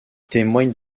témoigne